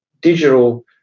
digital